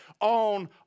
on